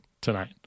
tonight